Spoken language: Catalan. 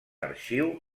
arxiu